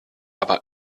aber